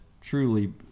truly